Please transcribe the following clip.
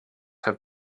have